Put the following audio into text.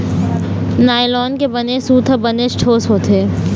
nylon के बने सूत ह बनेच ठोस होथे